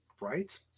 Right